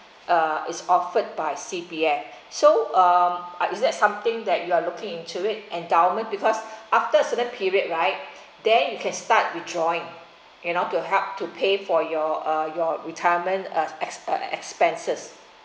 uh is offered by C_P_F so um is that something that you are looking into it endowment because after a certain period right then you can start withdrawing you know to help to pay for your uh your retirement uh ex~ expenses